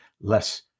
less